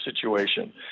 situation